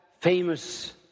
famous